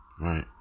Right